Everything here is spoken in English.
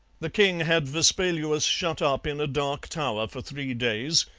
the king had vespaluus shut up in a dark tower for three days,